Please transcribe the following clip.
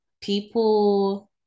people